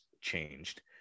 changed